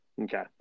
Okay